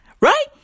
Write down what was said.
Right